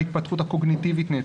ההתפתחות הקוגניטיבית נעצרת,